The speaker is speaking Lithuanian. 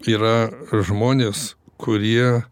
yra žmonės kurie